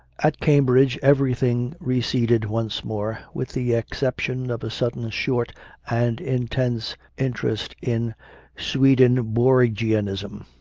at cambridge everything receded once more, with the exception of a sudden short and intense interest in swedenborgianism.